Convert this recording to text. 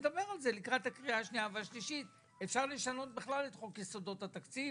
אפשר בכלל לשנות את חוק יסודות התקציב